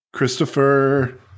Christopher